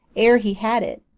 ere he had it.